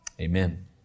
Amen